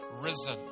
risen